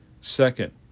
Second